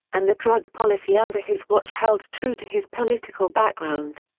and the drug policy under his watch held true to his political background.